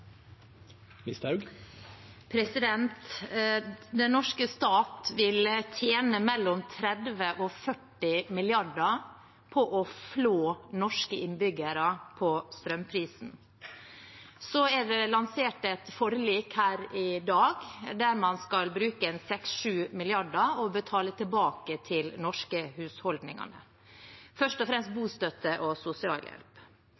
Den norske stat vil tjene mellom 30 mrd. kr og 40 mrd. kr på å flå norske innbyggere på strømprisen. Så er det lansert et forlik her i dag der man skal bruke 6–7 mrd. kr og betale tilbake til norske husholdninger, først og fremst